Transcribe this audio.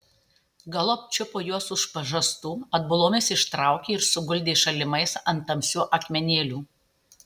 galop čiupo juos už pažastų atbulomis ištraukė ir suguldė šalimais ant tamsių akmenėlių